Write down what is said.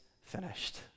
finished